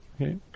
Okay